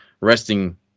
resting